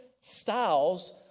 styles